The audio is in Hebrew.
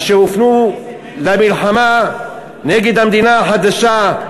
אשר הופנו למלחמה נגד המדינה החדשה,